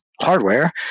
hardware